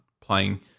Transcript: playing